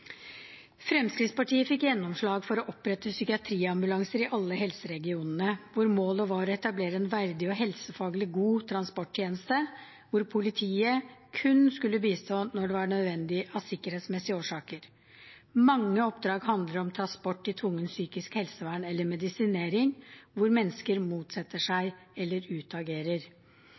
Fremskrittspartiet fikk gjennomslag for å opprette psykiatriambulanser i alle helseregionene, der målet var å etablere en verdig og helsefaglig god transporttjeneste, hvor politiet kun skulle bistå når det var nødvendig av sikkerhetsmessige årsaker. Mange oppdrag handler om transport til tvungent psykisk helsevern eller medisinering, hvor mennesker motsetter seg eller utagerer.